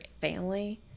family